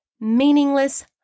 meaningless